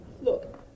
Look